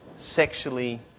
Sexually